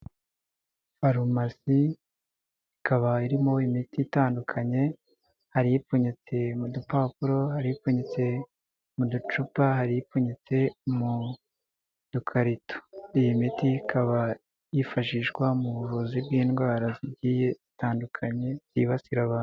Farumasi ikaba irimo imiti itandukanye hari ipfunyitse mu dupapuro hari: ipfunyitse mu ducupa, hari ipfunyitse mu dukarito, iyi miti ikaba yifashishwa mu buvuzi bw'indwara zigiye zitandukanye zibasira abantu.